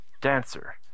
Dancer